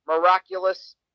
miraculous